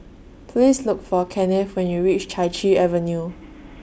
Please Look For Kennith when YOU REACH Chai Chee Avenue